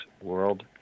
world